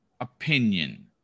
opinion